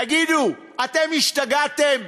תגידו, אתם השתגעתם?